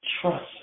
trust